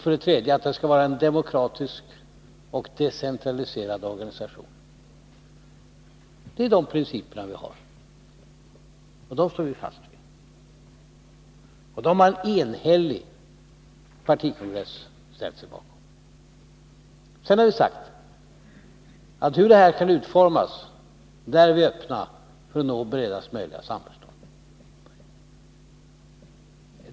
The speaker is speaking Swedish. Vidare skall det vara en demokratisk och decentraliserad organisation. Det är dessa principer som vi har, och dem står vi fast vid. En enhällig partikongress har ställt sig bakom dem. Sedan har vi sagt att vi när det gäller utformningen är öppna för diskussion för att försöka nå bredaste möjliga samförstånd.